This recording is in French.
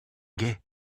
gais